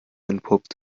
entpuppt